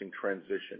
transition